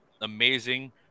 amazing